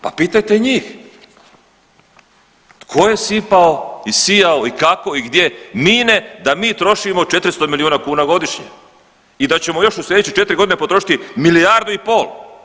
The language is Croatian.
Pa pitajte njih tko je sipao i sijao i kako i gdje mine da mi trošimo 400 milijuna kuna godišnje i da ćemo još u sljedeće 4 godine potrošiti milijardu i pol.